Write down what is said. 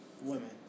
women